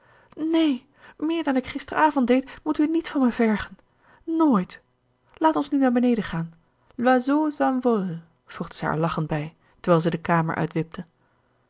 neen meer dan ik gisteren avond deed moet u niet van me vergen nooit laat ons nu naar beneden gaan l'oiseau s'envole voegde zij er lachend bij terwijl zij de kamer uitwipte